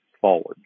forward